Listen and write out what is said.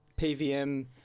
PVM